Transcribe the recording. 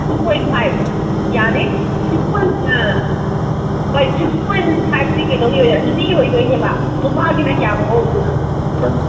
six point five ꯌꯥꯅꯤ six point ꯍꯣꯏ six point ꯐꯥꯏꯚꯁꯤ ꯀꯩꯅꯣꯒꯤ ꯑꯣꯏꯗꯣꯏ ꯅꯨꯄꯤꯒꯤ ꯑꯣꯏꯗꯣꯏꯅꯦꯕ ꯅꯨꯄꯥꯒꯤꯅ ꯀꯌꯥꯒꯨꯝꯕ ꯑꯣꯏꯗꯣꯏꯕ